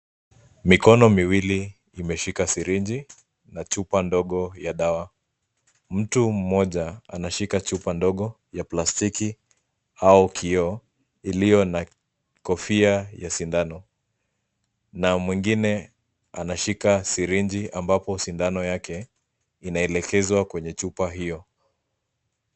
Mikono miwili imeshika sirinji na chupa ndogo ya dawa mtu mmoja anashika chupa ndogo ya plastiki au kioo iliyo na kofia ya sindano na mwingine anashika sirinji ambapo sindano yake inaelekezwa kwenye chupa hiyo.